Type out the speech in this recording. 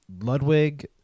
ludwig